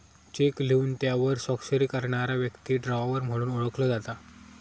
check लिहून त्यावर स्वाक्षरी करणारा व्यक्ती ड्रॉवर म्हणून ओळखलो जाता